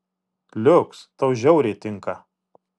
liuks tau žiauriai tinka